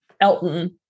Elton